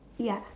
ya